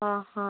ଅହଁ